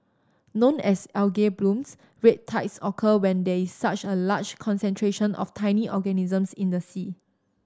known as algae blooms red tides occur when there is such a large concentration of tiny organisms in the sea